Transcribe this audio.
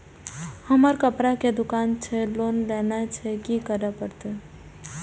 हमर कपड़ा के दुकान छे लोन लेनाय छै की करे परतै?